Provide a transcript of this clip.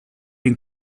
den